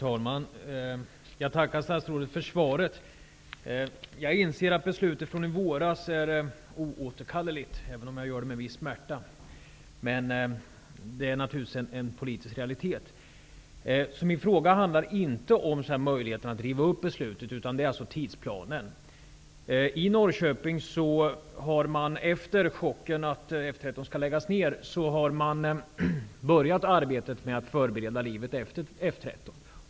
Herr talman! Jag tackar statsrådet för svaret. Jag inser att beslutet från i våras är oåterkalleligt, även om jag gör det med viss smärta. Det är naturligtvis en politisk realitet. Min fråga handlar inte om möjligheterna att riva upp beslutet, utan om tidsplanen. I Norrköping har man efter chocken över beskedet att F 13 skall läggas ned påbörjat arbetet med att förbereda livet efter F 13.